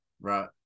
right